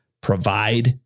provide